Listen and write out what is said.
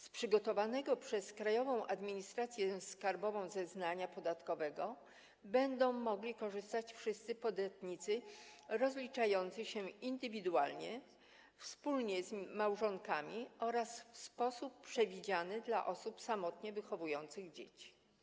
Z przygotowanego przez Krajową Administrację Skarbową zeznania podatkowego będą mogli korzystać wszyscy podatnicy rozliczający się indywidualnie, wspólnie z małżonkami oraz w sposób przewidziany dla osób samotnie wychowujących dzieci.